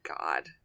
God